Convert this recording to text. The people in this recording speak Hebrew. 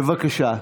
בבקשה.